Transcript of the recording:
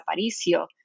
Aparicio